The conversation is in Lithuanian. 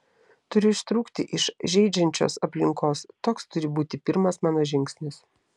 turiu ištrūkti iš žeidžiančios aplinkos toks turi būti pirmas mano žingsnis